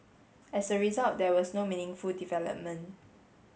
as a result there was no meaningful development